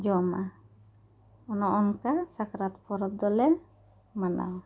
ᱡᱚᱢᱟ ᱚᱱᱮ ᱚᱱᱠᱟ ᱥᱟᱠᱨᱟᱛ ᱯᱚᱨᱚᱵᱽ ᱫᱚᱞᱮ ᱢᱟᱱᱟᱣᱟ